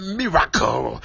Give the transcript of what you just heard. miracle